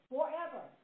Forever